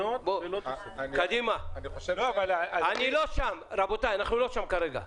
אנחנו לא שם כרגע.